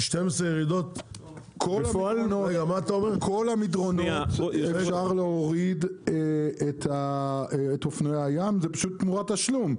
כל המדרונות אפשר להוריד את אופנועי הים זה פשוט תמורת תשלום.